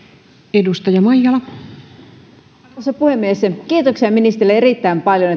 arvoisa puhemies kiitoksia ministerille erittäin paljon